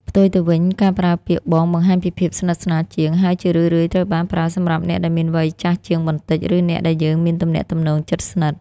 ផ្ទុយទៅវិញ ការប្រើពាក្យ បង បង្ហាញពីភាពស្និទ្ធស្នាលជាង ហើយជារឿយៗត្រូវបានប្រើសម្រាប់អ្នកដែលមានវ័យចាស់ជាងបន្តិច ឬអ្នកដែលយើងមានទំនាក់ទំនងជិតស្និទ្ធ។